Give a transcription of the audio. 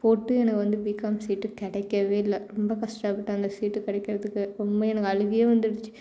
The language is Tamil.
போட்டு எனக்கு வந்து பிகாம் சீட் கிடைக்கவே இல்லை ரொம்ப கஷ்டப்பட்டேன் அந்த சீட்டு கிடைக்கிறதுக்கு ரொம்ப எனக்கு அழுவையே வந்துடுச்சு